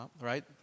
right